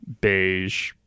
beige